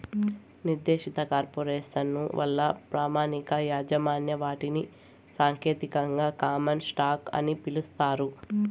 నిర్దేశిత కార్పొరేసను వల్ల ప్రామాణిక యాజమాన్య వాటాని సాంకేతికంగా కామన్ స్టాకు అని పిలుస్తారు